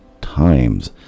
times